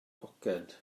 poced